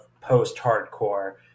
post-hardcore